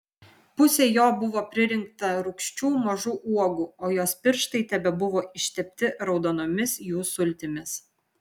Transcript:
pusė jo buvo pririnkta rūgščių mažų uogų o jos pirštai tebebuvo ištepti raudonomis jų sultimis